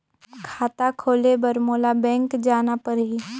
खाता खोले बर मोला बैंक जाना परही?